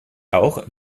auch